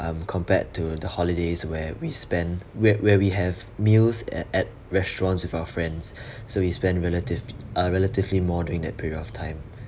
um compared to the holidays where we spend where where we have meals at at restaurants with our friends so we spend relative uh relatively more during that period of time